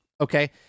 Okay